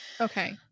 okay